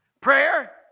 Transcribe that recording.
Prayer